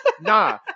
nah